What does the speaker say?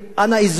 אנא עזרי לי.